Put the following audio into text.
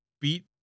beat